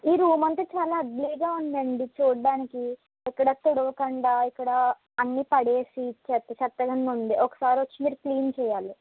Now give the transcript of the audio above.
ఈ రూమ్ అంతా చాలా అగ్లీ గా ఉందండి చూడ్డానికి ఇక్కడ తుడవకుండా ఇక్కడ అన్ని పడేసి చెత్త చెత్తగా ఉందండి ఒకసారి వచ్చి మీరు క్లీన్ చేయాలి